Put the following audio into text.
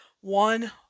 One